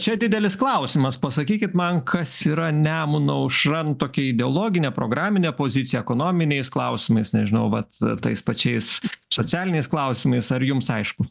čia didelis klausimas pasakykit man kas yra nemuno aušra tokia ideologinė programinė pozicija ekonominiais klausimais nežinau vat tais pačiais socialiniais klausimais ar jums aišku